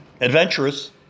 adventurous